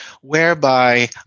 whereby